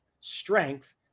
strength